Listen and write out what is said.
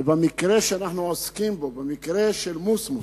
ובמקרה שאנחנו עוסקים בו, במקרה של מוסמוס,